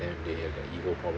them they have their ego pro~